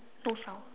no sound